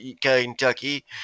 Kentucky